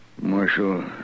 Marshal